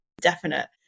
definite